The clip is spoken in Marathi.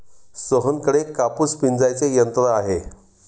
सोहनकडे कापूस पिंजायचे यंत्र आहे